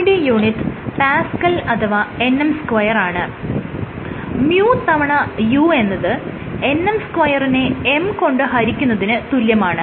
τ യുടെ unit Pa അഥവാ nm2 ആണ് µ തവണ u എന്നത് nm2 നെ m കൊണ്ട് ഹരിക്കുന്നതിന് തുല്യമാണ്